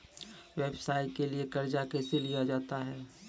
व्यवसाय के लिए कर्जा कैसे लिया जाता हैं?